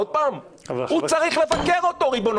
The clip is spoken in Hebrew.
שוחחתי גם עם מאיר כהן, סיכמתי עם